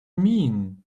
mean